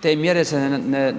te mjere se